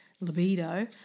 libido